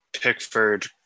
Pickford